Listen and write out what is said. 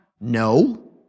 No